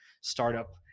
startup